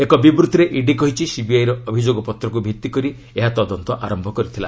ଏକ ବିବୃତ୍ତିରେ ଇଡି କହିଛି ସିବିଆଇର ଅଭିଯୋଗପତ୍ରକୁ ଭିତ୍ତିକରି ଏହା ତଦନ୍ତ ଆରମ୍ଭ କରିଥିଲା